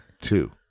Two